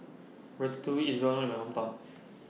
Ratatouille IS Well known in My Hometown